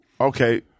okay